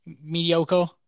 mediocre